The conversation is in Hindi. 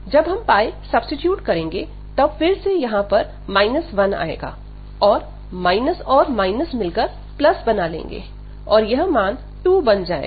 जब हम सब्सीट्यूट करेंगे तब फिर से यहां पर 1 आएगा और माइनस और माइनस मिलकर प्लस बना लेंगे और यह मान 2 बन जाएगा